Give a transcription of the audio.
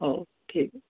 ହଉ ଠିକ୍